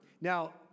Now